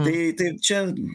tai tai čia